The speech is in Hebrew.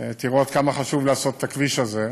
תראו עד כמה חשוב לעשות את הכביש הזה,